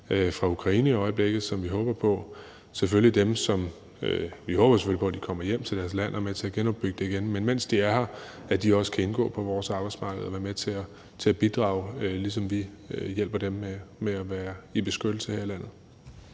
fra Ukraine i øjeblikket, og vi håber jo selvfølgelig på, at de kommer hjem til deres land og er med til at genopbygge det, men at de, mens de er her, også kan indgå på vores arbejdsmarked og være med til at bidrage, ligesom vi hjælper dem med at være i beskyttelse her i landet.